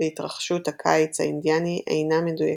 להתרחשות הקיץ האינדיאני אינם מדויקים,